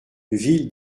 ville